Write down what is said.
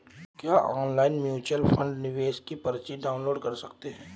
क्या online mutual fund निवेश की पर्ची डाउनलोड कर सकते हैं?